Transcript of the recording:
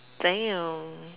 Dayum